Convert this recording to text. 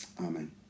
amen